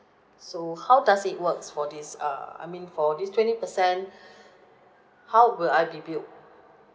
so how does it works for this err I mean for this twenty percent how will I be billed